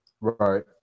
Right